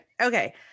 Okay